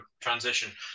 transition